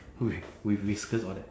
with with whiskers all that